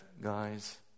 guys